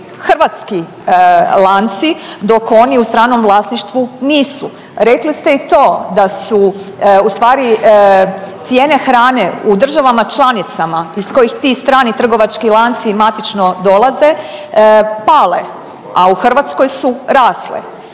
hrvatski lanci, dok oni u stranom vlasništvu nisu. Rekli ste i to da su ustvari cijene hrane u državama članicama ih kojih ti strani trgovački lanci matično dolaze pale, a u Hrvatskoj su rasle.